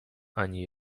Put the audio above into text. ani